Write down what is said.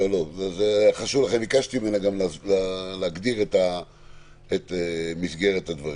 לכן גם ביקשתי ממנה להגדיר את מסגרת הדברים.